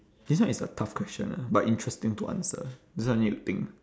this one is a tough question lah but interesting to answer this one need to think